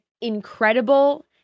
incredible